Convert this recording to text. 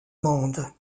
mende